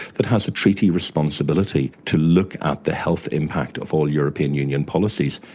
that has a treaty responsibility to look at the health impact of all european union policies.